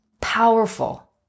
powerful